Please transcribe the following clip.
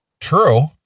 True